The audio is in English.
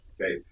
Okay